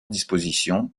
dispositions